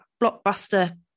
blockbuster